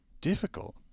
difficult